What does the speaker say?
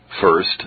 First